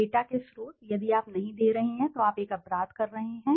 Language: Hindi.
डेटा के स्रोत यदि आप नहीं दे रहे हैं तो आप एक अपराध कर रहे हैं